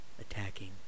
attacking